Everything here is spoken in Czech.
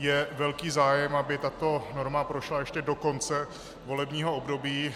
Je velký zájem, aby tato norma prošla ještě do konce volebního období.